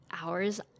hours